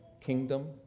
kingdom